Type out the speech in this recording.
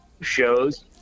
shows